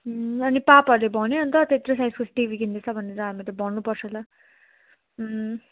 अनि पापाहरूले भन्यो अन्त त्यत्रो साइजको टिभी किन्दैछ भनेर हामीले भन्नुपर्छ होला